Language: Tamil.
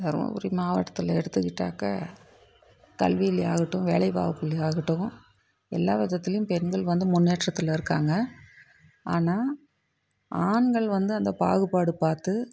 தருமபுரி மாவட்டத்தில் எடுத்துக்கிட்டாக்கா கல்வியிலயாகட்டும் வேலைவாய்ப்பிலயாகட்டும் எல்லா விதத்துலேயும் பெண்கள் வந்து முன்னேற்றத்தில் இருக்காங்க ஆனால் ஆண்கள் வந்து அந்த பாகுபாடு பார்த்து